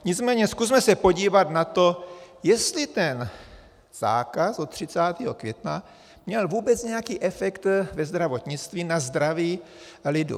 Nicméně zkusme se podívat na to, jestli ten zákaz od 30. května měl vůbec nějaký efekt ve zdravotnictví na zdraví lidu.